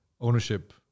Ownership